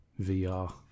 VR